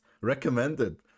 recommended